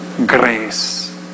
Grace